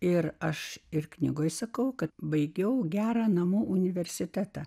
ir aš ir knygoje sakau kad baigiau gerą namų universitetą